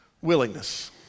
willingness